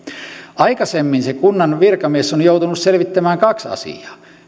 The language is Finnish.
aikaisemmin se kunnan virkamies on joutunut selvittämään kaksi asiaa